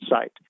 site